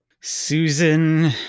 Susan